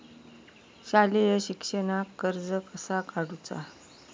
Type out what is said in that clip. शालेय शिक्षणाक कर्ज कसा काढूचा?